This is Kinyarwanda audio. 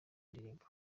ndirimbo